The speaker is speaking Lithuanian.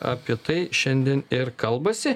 apie tai šiandien ir kalbasi